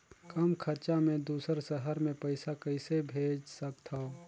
कम खरचा मे दुसर शहर मे पईसा कइसे भेज सकथव?